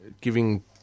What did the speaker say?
giving